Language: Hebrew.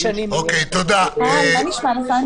חוב לבעל תפקיד או בהצבעה כזו או אחרת,